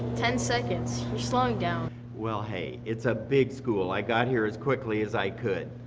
ten seconds? you're slowing down well hey, it's a big school. i got here as quickly as i could.